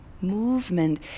Movement